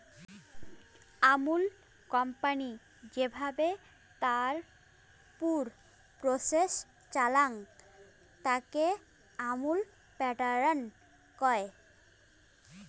Amul company যেভাবে তার পুর প্রসেস চালাং, তাকে আমুল প্যাটার্ন কয়